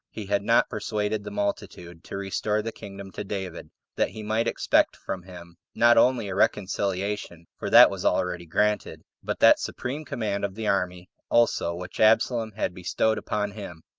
he had not persuaded the multitude to restore the kingdom to david that he might expect from him not only a reconciliation, for that was already granted, but that supreme command of the army also which absalom had bestowed upon him.